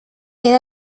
quede